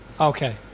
Okay